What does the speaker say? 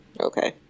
Okay